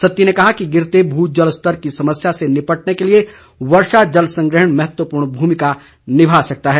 सत्ती ने कहा कि गिरते भू जलस्तर की समस्या से निपटने के लिए वर्षा जलसंग्रहण महत्वपूर्ण भूमिका निभा सकता है